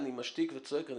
משתיק וצועק.